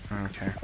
Okay